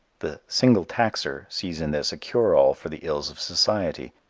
the single taxer sees in this a cure-all for the ills of society.